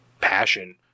passion